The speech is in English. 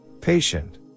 patient